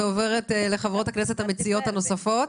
ועוברת לחברות הכנסת המציעות הנוספות.